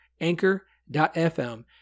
anchor.fm